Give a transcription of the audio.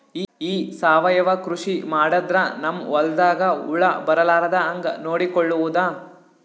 ಈ ಸಾವಯವ ಕೃಷಿ ಮಾಡದ್ರ ನಮ್ ಹೊಲ್ದಾಗ ಹುಳ ಬರಲಾರದ ಹಂಗ್ ನೋಡಿಕೊಳ್ಳುವುದ?